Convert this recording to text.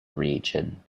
region